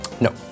No